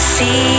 See